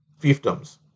fiefdoms